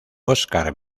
óscar